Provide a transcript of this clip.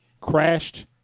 crashed